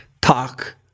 talk